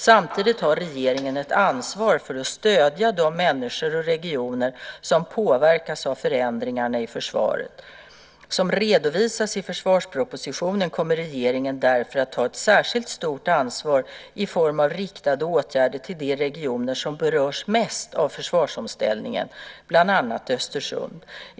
Samtidigt har regeringen ett ansvar för att stödja de människor och regioner som påverkas av förändringarna i försvaret. Som redovisats i försvarspropositionen kommer regeringen därför att ta ett särskilt stort ansvar i form av riktade åtgärder till de regioner som berörs mest av försvarsomställningen, bland annat Östersund.